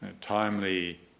timely